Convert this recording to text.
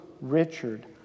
Richard